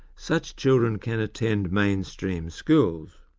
such children can attend mainstream schools.